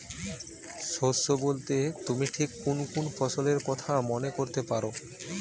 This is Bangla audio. শস্য বোলতে তুমি ঠিক কুন কুন ফসলের কথা মনে করতে পার?